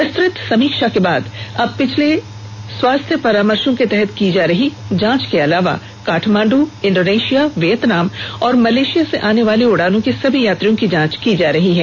विस्तृत समीक्षा के बाद अब पिछले स्वास्थ्य परामर्शों के तहत की जा रही जांच के अलावा काठमांड इंडोनेशिया वियतनाम और मलेशिया से आने वाली उड़ानों के सभी यात्रियों की जांच की जा रही है